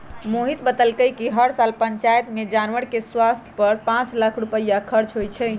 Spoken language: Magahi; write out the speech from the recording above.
मोहित बतलकई कि हर साल पंचायत में जानवर के स्वास्थ पर पांच लाख रुपईया खर्च होई छई